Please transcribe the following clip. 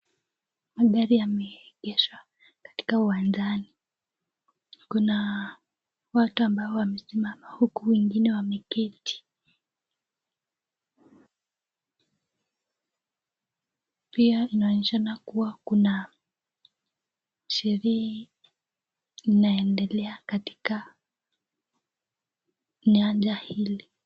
Magari yameegeshwa katika uwanjani kuna watu ambao wamesimama huku wengine wameketi pia kunaashiria kuwa kuna sherehe inaendelea katika nyanja hili.